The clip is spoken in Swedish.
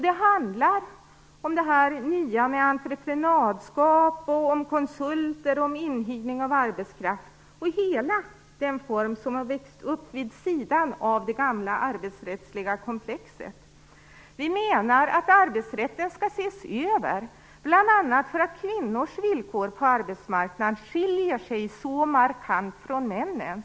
Det handlar också om det nya med entreprenadskap, konsulter och inhyrning av arbetskraft - hela den form som vuxit fram vid sidan av det gamla arbetsrättsliga komplexet. Vi menar att arbetsrätten skall ses över, bl.a. därför att kvinnors villkor på arbetsmarknaden så markant skiljer sig från männens.